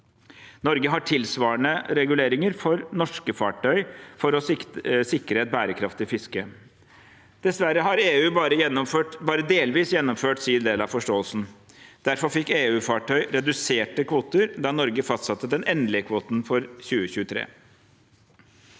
Norge har tilsvarende reguleringer for norske fartøy for å sikre et bærekraftig fiske. Dessverre har EU bare delvis gjennomført sin del av forståelsen. Derfor fikk EU-fartøy reduserte kvoter da Norge fastsatte den endelige kvoten for 2023.